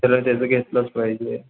कारण त्याचं घेतलंच पाहिजे